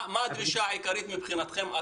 מה הדרישה העיקרית מבחינתכם?